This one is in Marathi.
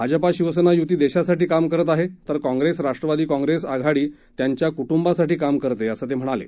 भाजपा शिवसेना युती देशासाठी काम करत आहे तर काँग्रेस राष्ट्रवादी काँग्रेस आघाडी त्यांच्या कुटुंबांसाठी काम करते असं ते म्हणाले